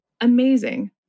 Amazing